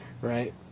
Right